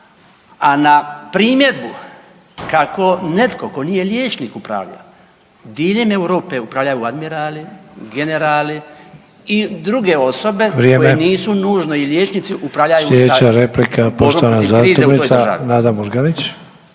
A na primjedbu kako netko tko nije liječnik upravlja, diljem Europe upravljaju admirali, generali i druge osobe koje .../Upadica: Vrijeme./... nisu nužno i liječnici, upravljaju sa .../Upadica: Sljedeća